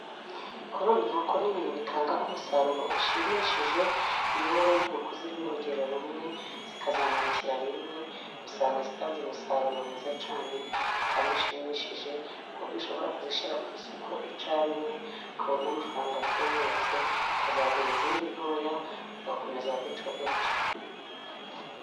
Korora inkoko ni ibintu bitanga umusaruro ushimishije iyo woroye inkoko ziri mu rugero rumwe, zikazamukira rimwe, usanga zitanze umusaruro mwiza cyane kandi ushimishije, ku buryo ushobora kuzishyira ku isoko icya rimwe, ukabona amafaranga atubutse. Ukazagura izindi ntoya ugakomeza gutyo gutyo.